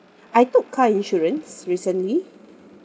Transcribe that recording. I took car insurance recently